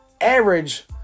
average